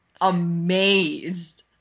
amazed